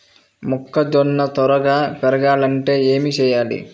మొక్కజోన్న త్వరగా పెరగాలంటే ఏమి చెయ్యాలి?